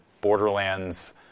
borderlands